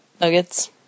Nuggets